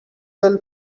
girl